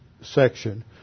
section